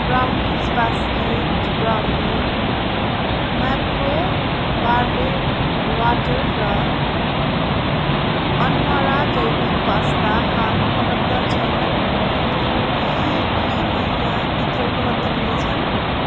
brownies basket brownie Mapro barley water र अन्मारा जैविक पास्ता हाल उपलब्ध छैनन् यी यो महिनाभित्र उपलब्ध हुनेछन्